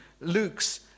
Luke's